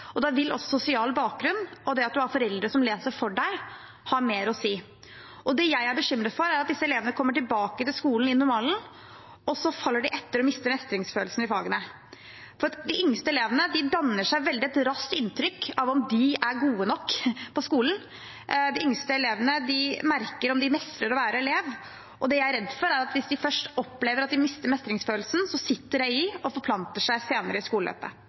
og da vil også sosial bakgrunn og det at du har foreldre som leser for deg, ha mer å si. Det jeg er bekymret for, er at disse elevene kommer tilbake til skolen, i normalen, og så faller de etter og mister mestringsfølelsen i fagene. De yngste elevene danner seg veldig raskt et inntrykk av om de er gode nok på skolen. De yngste elevene merker om de mestrer å være elev. Det jeg er redd for, er at hvis de først opplever at de mister mestringsfølelsen, sitter det i og forplanter seg senere i skoleløpet.